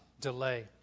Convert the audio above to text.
delay